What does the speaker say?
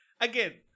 Again